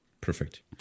Perfect